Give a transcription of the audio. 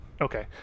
Okay